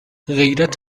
غیرت